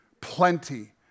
plenty